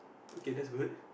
okay that's good